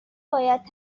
باید